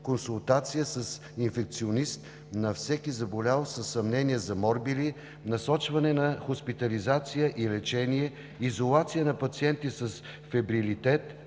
консултация с инфекционист на всеки заболял със съмнение за морбили, насочване за хоспитализация и лечение; изолация на пациенти с фебрилитет